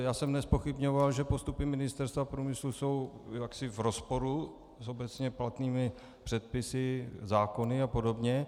Já jsem nezpochybňoval, že postupy Ministerstva průmyslu jsou jaksi v rozporu s obecně platnými předpisy, zákony apod.